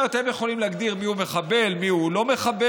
כלומר הם יכולים להגדיר מיהו מחבל, מיהו לא מחבל.